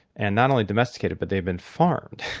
and not only domesticated but they'd been farmed,